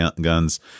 guns